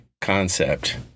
concept